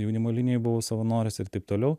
jaunimo linijoj buvau savanoris ir taip toliau